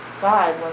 God